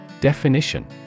Definition